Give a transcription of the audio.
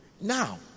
now